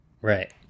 Right